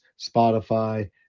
Spotify